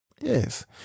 Yes